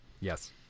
Yes